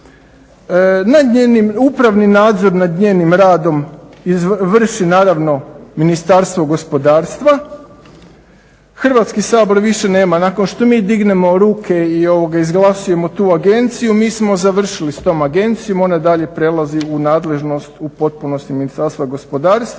upravni nadzor nad njenim radom izvrši naravno Ministarstvo gospodarstva, Hrvatski sabor više nema nakon što mi dignemo ruke i izglasamo tu agenciju mi smo završili s tom agencijom, ona dalje prelazi u nadležnosti u potpunosti Ministarstva gospodarstva.